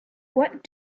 what